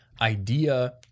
idea